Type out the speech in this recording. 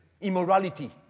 Immorality